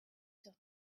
sur